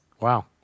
Wow